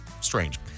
Strange